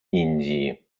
индии